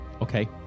okay